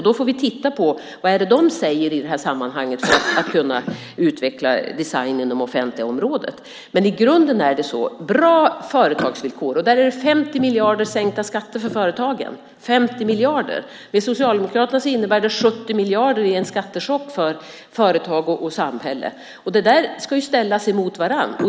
Då får vi titta på vad de säger i sammanhanget om att utveckla design på det offentliga området. Men i grunden handlar det om bra företagsvillkor. Där är det fråga om 50 miljarder i sänkta skatter för företagen. För Socialdemokraterna innebär det 70 miljarder i skattechock för företag och samhälle. De ska ställas mot varandra.